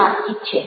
જે વાતચીત છે